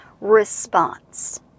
response